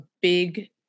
big